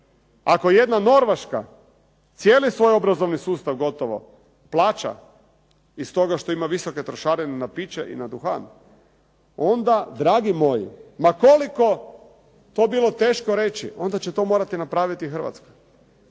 ako jedna Norveška cijeli svoj obrazovni sustav plaća iz toga što ima visoke trošarine na piće i na duhan onda dragi moji ma koliko to bilo teško reći, onda će to morati napraviti i Hrvatska.